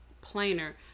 plainer